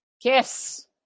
kiss